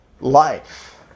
life